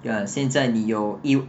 ah 现在你有一